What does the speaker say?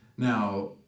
Now